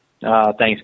Thanks